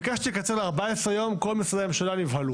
ביקשתי לקצר ל-14 יום כל משרדי הממשלה נבהלו.